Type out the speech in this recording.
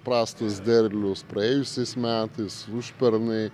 prastas derlius praėjusiais metais užpernai